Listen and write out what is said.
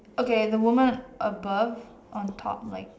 okay the woman above on top like